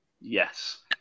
Yes